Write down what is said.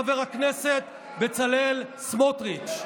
חבר הכנסת בצלאל סמוטריץ'.